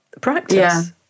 practice